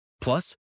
Plus